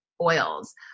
oils